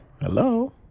Hello